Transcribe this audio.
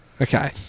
Okay